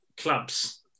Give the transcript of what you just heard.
clubs